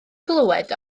glywed